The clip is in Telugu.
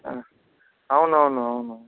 అవునవును అవును